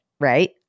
right